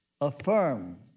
affirm